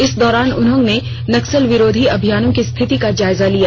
इस दौरान उन्होनें नक्सल विरोधी अभियानों की स्थिति का जायजा लिया